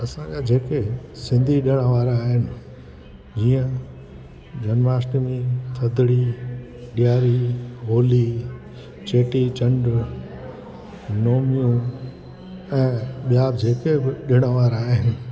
असांजा जेके सिंधी ॾिणु वार आहिनि जीअं जन्माष्टमी थधिड़ी ॾियारी होली चेटीचंड नोमयूं ऐं ॿिया बि जेके बि ॾिणु वार आहिनि